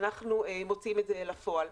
אנחנו מוציאים את זה לפועל.